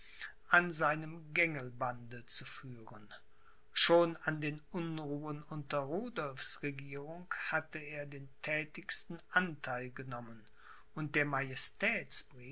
an seinem gängelbande zu führen schon an den unruhen unter rudolphs regierung hatte er den thätigsten antheil genommen und der